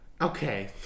Okay